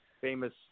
famous